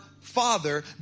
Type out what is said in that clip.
father